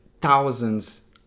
thousands